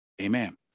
amen